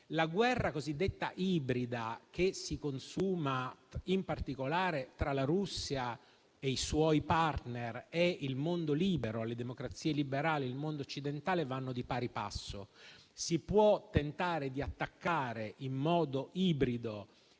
la guerra cosiddetta ibrida, che si consuma, in particolare, tra la Russia e i suoi *partner*, da una parte, e il mondo libero, le democrazie liberali e il mondo occidentale, dall'altra. Si può tentare di attaccare in modo ibrido